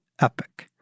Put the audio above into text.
Epic